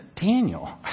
Daniel